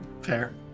fair